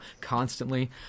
constantly